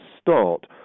start